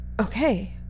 okay